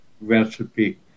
recipe